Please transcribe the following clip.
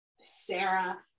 Sarah